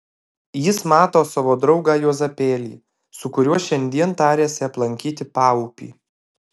jis mato savo draugą juozapėlį su kuriuo šiandien tarėsi aplankyti paupį